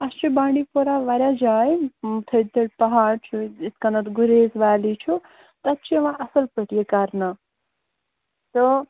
اَسہِ چھُ بانٛڈی پوٗرہ واریاہ جاے تھٔدۍ تھٔدۍ پہاڑ چھُ یِتھٕ کٔنۍ گُریز ویلی چھُ تتہِ چھُ یِوان اَصٕل پٲٹھۍ یہِ کَرنہٕ تہٕ